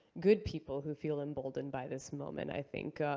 good people, who feel emboldened by this moment, i think.